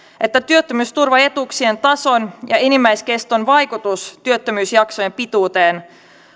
että työttömyysturvaetuuksien tason ja enimmäiskeston vaikutus työttömyysjaksojen pituuteen